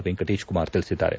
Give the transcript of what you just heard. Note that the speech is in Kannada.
ವೆಂಕಟೇಶ್ ಕುಮಾರ್ ತಿಳಿಸಿದ್ದಾರೆ